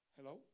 Hello